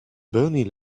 bonnie